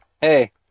hey